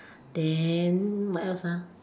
then what else ah